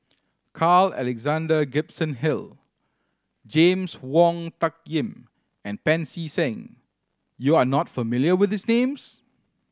Carl Alexander Gibson Hill James Wong Tuck Yim and Pancy Seng you are not familiar with these names